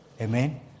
Amen